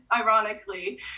ironically